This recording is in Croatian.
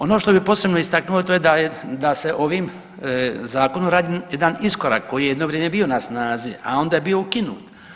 Ono što bih posebno istaknuo to je da se ovim zakonom radi jedan iskorak koji je jedno vrijeme bio na snazi, a onda je bio ukinut.